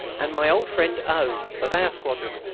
and my old friend o, of our squadron.